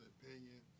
opinion